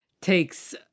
takes